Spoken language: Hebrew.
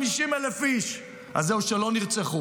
של פטריוטיות.